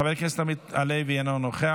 חבר הכנסת עמית הלוי, אינו נוכח.